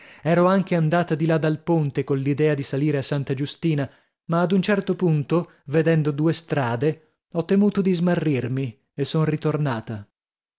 ero anche andata di là dal ponte coll'idea di salire a santa giustina ma ad un certo punto vedendo due strade ho temuto di smarrirmi e son ritornata